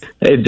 Hey